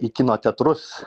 į kino teatrus